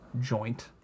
joint